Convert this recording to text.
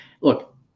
Look